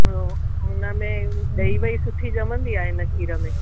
इहो उनमें ॾही वही सुठी ॼमंदी आहे हिन खीर में